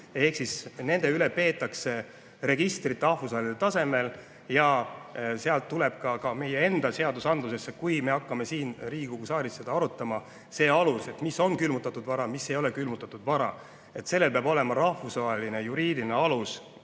veel. Nende üle peetakse registrit rahvusvahelisel tasemel ja sealt tuleb ka meie enda seadusandlusesse, kui me hakkame siin Riigikogu saalis seda arutama, see alus, mis on külmutatud vara, ja mis ei ole külmutatud vara. Sellel peab olema rahvusvaheline juriidiline alus,